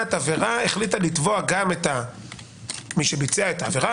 נפגעת עבירה החליטה לתבוע גם את מי שביצע את העבירה